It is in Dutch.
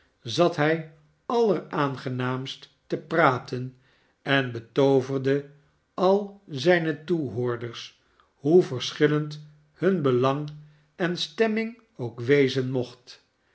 zat hij alleraangenaamst te praten en betooverde al zijne toehoorders hoe verschillend hun belang en stemming ook wezen mocht